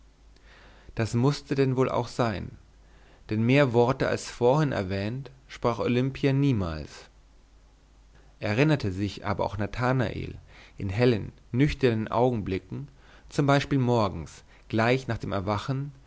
das mußte denn wohl auch sein denn mehr worte als vorhin erwähnt sprach olimpia niemals erinnerte sich aber auch nathanael in hellen nüchternen augenblicken z b morgens gleich nach dem erwachen